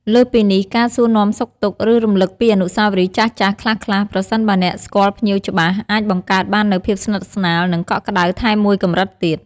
លើសពីនេះ ការសួរនាំសុខទុក្ខ ឬរំលឹកពីអនុស្សាវរីយ៍ចាស់ៗខ្លះៗ ប្រសិនបើអ្នកស្គាល់ភ្ញៀវច្បាស់ អាចបង្កើតបាននូវភាពស្និទ្ធស្នាល និងកក់ក្តៅថែមមួយកម្រិតទៀត។